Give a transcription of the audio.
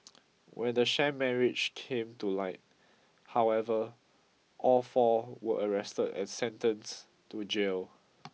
when the sham marriage came to light however all four were arrested and sentenced to jail